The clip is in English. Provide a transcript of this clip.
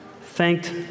thanked